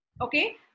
okay